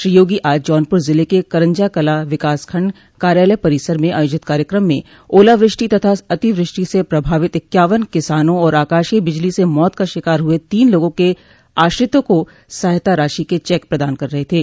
श्री योगी आज जौनपुर ज़िले के करंजा कलां विकास खंड कार्यालय परिसर में आयोजित कार्यक्रम में ओलावृष्टि तथा अतिवृष्टि से प्रभावित इक्यावन किसानों और आकाशीय बिजली से मौत का शिकार हुए तीन लोगों के आश्रितों का सहायता राशि के चेक प्रदान कर रहे थे